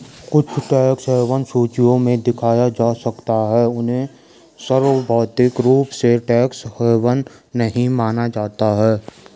कुछ tax haven सूचियों में दिखाया जा सकता है, उन्हें सार्वभौमिक रूप से टैक्स हेवन नहीं माना जाता है